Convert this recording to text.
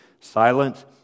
silent